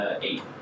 Eight